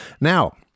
Now